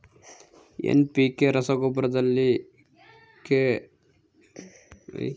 NPK ರಸಗೊಬ್ಬರದಲ್ಲಿ K ಅಕ್ಷರವು ಯಾವ ಪೋಷಕಾಂಶವನ್ನು ಪ್ರತಿನಿಧಿಸುತ್ತದೆ?